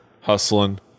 hustling